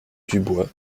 dubois